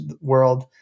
world